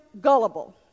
gullible